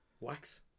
Wax